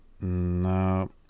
no